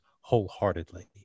wholeheartedly